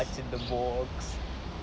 what's in the box